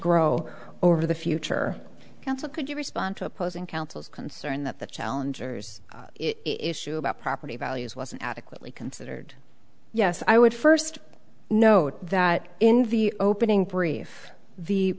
grow over the future council could you respond to opposing counsel is concerned that the challengers issue about property values was adequately considered yes i would first note that in the opening brief the